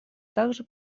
также